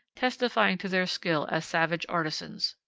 testifying to their skill as savage artisans.